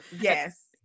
Yes